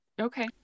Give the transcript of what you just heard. Okay